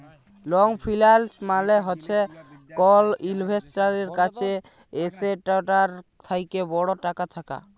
long ফিল্যাল্স মালে হছে কল ইল্ভেস্টারের কাছে এসেটটার থ্যাকে বড় টাকা থ্যাকা